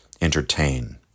entertain